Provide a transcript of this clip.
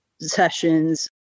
sessions